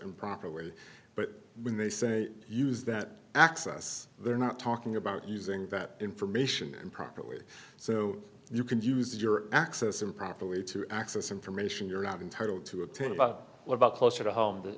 improperly but when they say use that access they're not talking about using that information and properly so you can use your access improperly to access information you're not entitled to obtain about about closer to home t